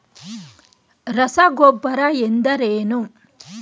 ರಸಗೊಬ್ಬರ ಎಂದರೇನು?